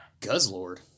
Guzzlord